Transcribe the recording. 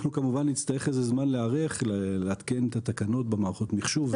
אנחנו כמובן נצטרך איזה זמן להיערך לעדכן את התקנות במערכות המחשוב.